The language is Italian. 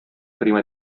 prima